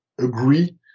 agree